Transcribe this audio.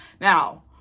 Now